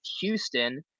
Houston